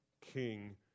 king